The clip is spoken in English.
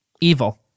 evil